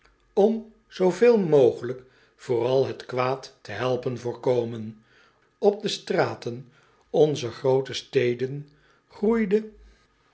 om zooveel mogelijk vooral het kwaad te helpen voorkomen op de straten onzer groote steden groeide